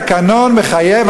התקנון מחייב.